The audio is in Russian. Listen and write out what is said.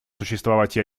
существовать